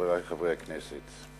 חברי חברי הכנסת,